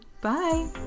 bye